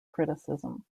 criticism